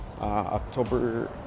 October